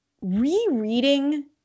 Rereading